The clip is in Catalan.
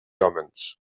hòmens